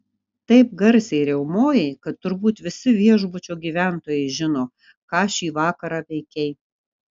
taip garsiai riaumojai kad turbūt visi viešbučio gyventojai žino ką šį vakarą veikei